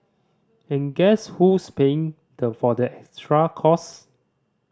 and guess who's paying for the extra costs